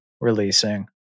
releasing